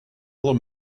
them